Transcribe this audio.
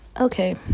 okay